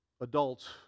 adults